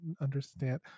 understand